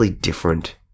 different